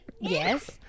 Yes